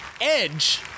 edge